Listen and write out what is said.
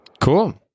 Cool